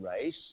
race